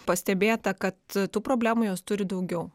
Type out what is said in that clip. pastebėta kad tų problemų jos turi daugiau